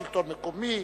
שלטון מקומי,